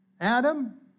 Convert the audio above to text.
Adam